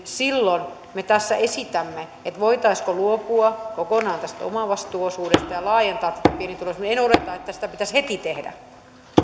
silloin me tässä esitämme että voitaisiinko luopua kokonaan tästä omavastuuosuudesta ja laajentaa tätä pienituloisemmille en minäkään odota että sitä pitäisi heti tehdä